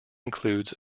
includes